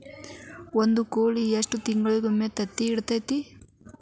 ಒಂದ್ ಕೋಳಿ ಎಷ್ಟ ತಿಂಗಳಿಗೊಮ್ಮೆ ತತ್ತಿ ಇಡತೈತಿ?